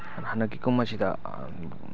ꯍꯟꯗꯛꯀꯤ ꯀꯨꯝ ꯑꯁꯤꯗ